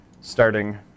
Starting